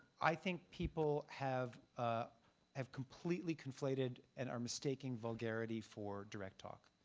i think people have ah have completely conflated and are mistaking vulgarity for direct talk.